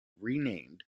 renamed